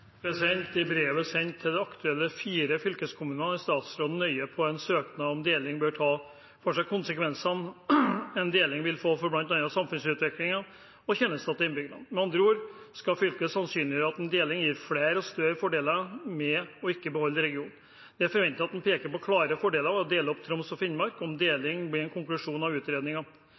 I brevet sendt til de fire aktuelle fylkeskommunene er statsråden nøye på at en søknad om deling bør ta for seg konsekvensene en deling vil få for bl.a. samfunnsutviklingen og tjenester til innbyggerne. Med andre ord skal fylket sannsynliggjøre at en deling gir flere og større fordeler enn å beholde regionen. Det er forventet at en peker på klare fordeler ved å dele opp Troms og Finnmark om deling blir en konklusjon av